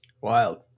Wild